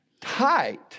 tight